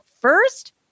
first